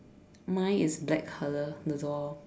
mine is black colour the door